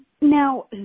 Now